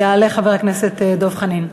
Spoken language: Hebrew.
יעלה חבר הכנסת דב חנין.